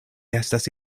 estas